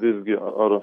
visgi ar